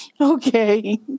Okay